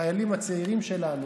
החיילים הצעירים שלנו,